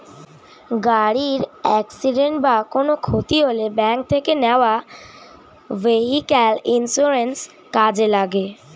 গাড়ির অ্যাকসিডেন্ট বা কোনো ক্ষতি হলে ব্যাংক থেকে নেওয়া ভেহিক্যাল ইন্সুরেন্স কাজে লাগে